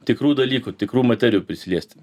tikrų dalykų tikrų materijų prisiliesti